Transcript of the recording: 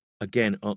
again